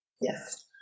Yes